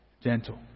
gentle